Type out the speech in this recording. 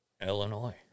Illinois